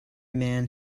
man